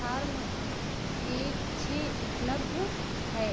form एक छः उपलब्ध है